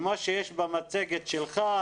מה שיש במצגת שלך,